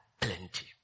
plenty